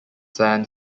sand